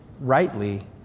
rightly